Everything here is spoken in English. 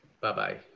Bye-bye